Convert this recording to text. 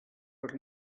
but